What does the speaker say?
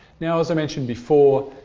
now as i mentioned before,